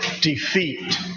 defeat